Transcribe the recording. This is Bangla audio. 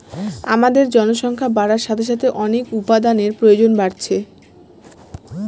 আমাদের জনসংখ্যা বাড়ার সাথে সাথে অনেক উপাদানের প্রয়োজন বাড়ছে